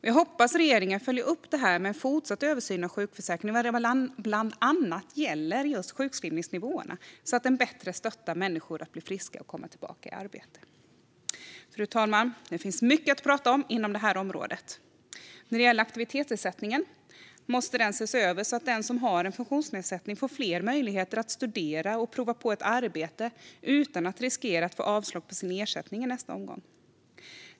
Jag hoppas att regeringen följer upp detta med en fortsatt översyn av sjukförsäkringen när det gäller bland annat sjukskrivningsnivåerna så att den bättre stöttar människor i att bli friska och komma tillbaka i arbete. Fru talman! Det finns mycket att prata om inom detta område. När det gäller aktivitetsersättningen måste den ses över så att den som har en funktionsnedsättning får fler möjligheter att studera och prova på ett arbete utan att riskera att få avslag på sin ersättning i nästa omgång.